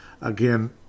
Again